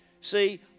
See